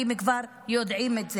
כבר לא מתפלאים, יודעים את זה.